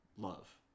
Love